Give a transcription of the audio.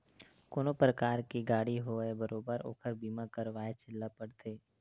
कोनो परकार के गाड़ी होवय बरोबर ओखर बीमा करवायच ल परथे